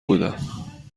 بودم